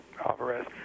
Alvarez